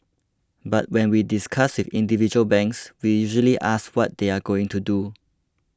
but when we discuss with individual banks we usually ask what they are going to do